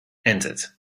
entered